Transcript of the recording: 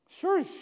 Sure